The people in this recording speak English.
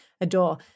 adore